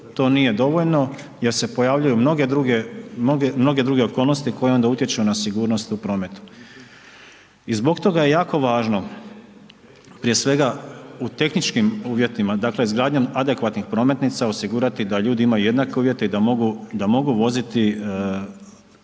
to nije dovoljno jer se pojavljuju mnoge druge, mnoge druge okolnosti koje onda utječu na sigurnost u prometu i zbog toga je jako važno prije svega u tehničkim uvjetima, dakle izgradnjom adekvatnih prometnica osigurati da ljudi imaju jednake uvjete i da mogu, da